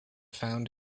found